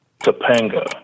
Topanga